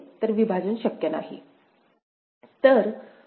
तर विभाजन शक्य नाही